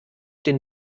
den